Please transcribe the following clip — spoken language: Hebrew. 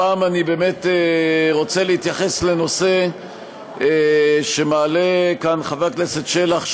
הפעם אני באמת רוצה להתייחס לנושא שמעלה כאן חבר הכנסת שלח,